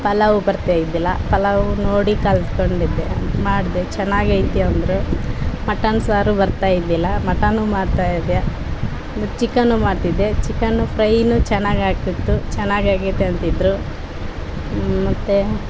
ಪಲಾವ್ ಬರ್ತಾ ಇದ್ದಿಲ್ಲಾ ಪಲಾವ್ ನೋಡಿ ಕಲಿತ್ಕೊಂಡಿದ್ದೆ ಮಾಡಿದೆ ಚೆನ್ನಾಗ್ ಐತಿ ಅಂದರು ಮಟನ್ ಸಾರು ಬರ್ತಾ ಇದ್ದಿಲ್ಲಾ ಮಟನ್ನು ಮಾಡ್ತಾ ಇದ್ದೆ ಆಮೇಲೆ ಚಿಕನ್ನು ಮಾಡ್ತಿದ್ದೆ ಚಿಕನ್ನು ಫ್ರೈನು ಚೆನ್ನಾಗ್ ಆಗ್ತಿತ್ತು ಚೆನ್ನಾಗ್ ಆಗೈತೆ ಅಂತಿದ್ರು ಮತ್ತು